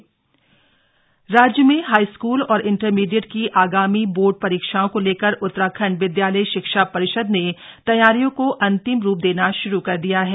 board परीक्षा तैयारी राज्य में हाईस्कूल और इंटरमीडिएट की आगामी बोर्ड परीक्षाओं को लेकर उत्तराखंड विद्यालयी शिक्षा परिषद ने तैयारियों को अंतिम रूप देना श्रू कर दिया है